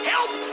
Help